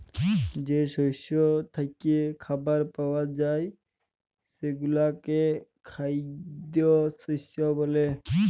যে শস্য থ্যাইকে খাবার পাউয়া যায় সেগলাকে খাইদ্য শস্য ব্যলে